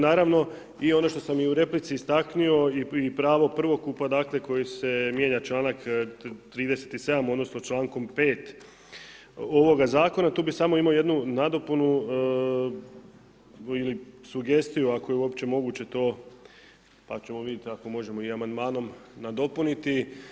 Naravno i ono što sam u replici istaknio i pravo prvokupa koji se mijenja članak 37., odnosno člankom 5. ovoga zakona, tu bi samo imao jednu nadopunu ili sugestiju, ako je uopće moguće to, pa ćemo vidjeti ako možemo i amandmanom nadopuniti.